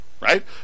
right